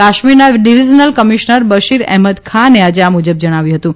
કાશ્મીરના divisional commissioner Bashir Ahmed ખાને આજે આ મુજબ જણાવ્યું હતું